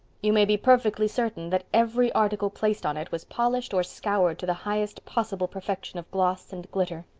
you may be perfectly certain that every article placed on it was polished or scoured to the highest possible perfection of gloss and glitter.